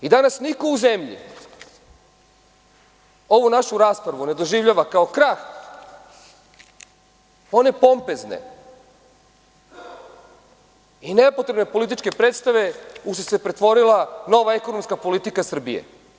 Danas niko u zemlji ovu našu raspravu nedoživljava kao krah one pompezne i nepotrebne političke predstave u šta se pretvorila nova ekonomska politika Srbije.